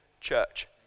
church